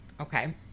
Okay